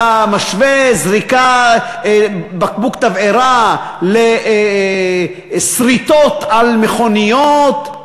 אתה משווה זריקת בקבוק תבערה לסריטות על מכוניות?